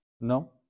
No